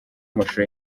amashusho